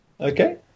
Okay